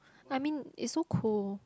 I mean it's so cold